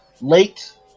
late